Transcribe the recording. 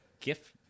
gift